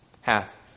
hath